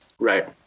Right